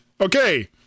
Okay